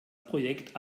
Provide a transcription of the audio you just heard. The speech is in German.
projekt